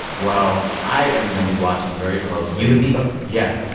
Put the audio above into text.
well, i am going to be watching very closely and me both yeah. and.